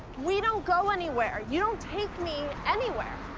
we don't go anywhere. you don't take me anywhere.